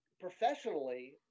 Professionally